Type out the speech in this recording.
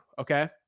Okay